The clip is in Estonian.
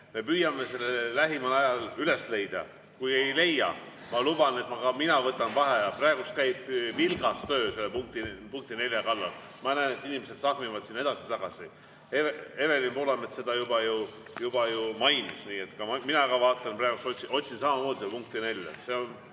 Me püüame selle lähimal ajal üles leida. Kui ei leia, siis ma luban, et ka mina võtan vaheaja. Praegu käib vilgas töö selle punkti 4 kallal. Ma näen, et inimesed sahmivad siin edasi-tagasi. Evelin Poolamets seda juba ju mainis. Mina praegu samamoodi otsin